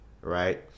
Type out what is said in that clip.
right